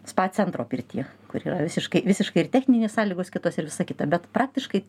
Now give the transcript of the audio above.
spa centro pirty kur yra visiškai visiškai ir techninės sąlygos kitos ir visa kita bet praktiškai